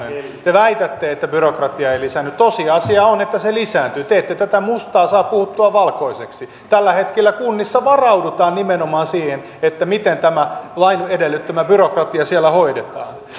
te väitätte että byrokratia ei lisäänny tosiasia on että se lisääntyy te ette tätä mustaa saa puhuttua valkoiseksi tällä hetkellä kunnissa varaudutaan nimenomaan siihen miten tämä lain edellyttämä byrokratia siellä hoidetaan